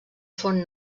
font